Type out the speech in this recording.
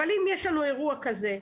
אבל אם יש לנו אירוע כזה,